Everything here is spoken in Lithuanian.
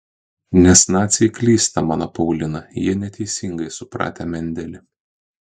nes naciai klysta mano paulina jie neteisingai supratę mendelį